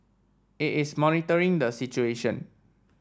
it is monitoring the situation